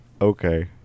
Okay